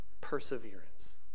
perseverance